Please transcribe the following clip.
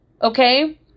Okay